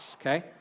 Okay